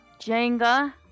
Jenga